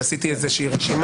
ועשיתי איזה רשימה,